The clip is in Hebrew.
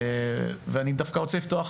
אני רוצה לפתוח